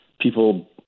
People